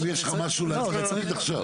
יש לך משהו להגיד עכשיו?